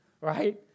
right